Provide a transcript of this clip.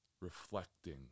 reflecting